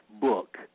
book